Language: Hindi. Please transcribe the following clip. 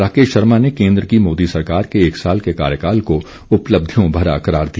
राकेश शर्मा ने केन्द्र की मोदी सरकार के एक साल के कार्यकाल को उपलब्धियों भरा करार दिया